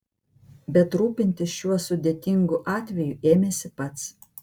bet rūpintis šiuo sudėtingu atveju ėmėsi pats